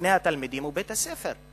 בפני התלמידים ובית-הספר.